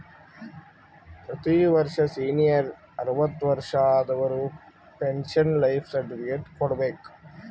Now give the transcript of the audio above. ಪ್ರತಿ ವರ್ಷ ಸೀನಿಯರ್ ಅರ್ವತ್ ವರ್ಷಾ ಆದವರು ಪೆನ್ಶನ್ ಲೈಫ್ ಸರ್ಟಿಫಿಕೇಟ್ ಕೊಡ್ಬೇಕ